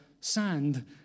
sand